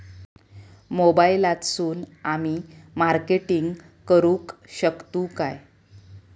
मोबाईलातसून आमी मार्केटिंग करूक शकतू काय?